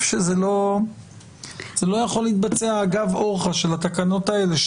שזה לא יכול להתבצע אגב אורחא של התקנות האלה,